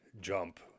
jump